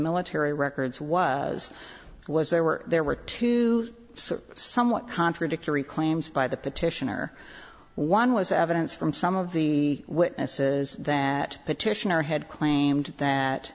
military records was was there were there were two somewhat contradictory claims by the petitioner one was evidence from some of the witnesses that petitioner had claimed that